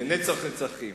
לנצח נצחים.